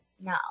No